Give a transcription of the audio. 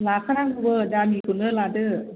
लाखानांगौबो दामिखौनो लादो